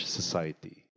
society